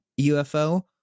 UFO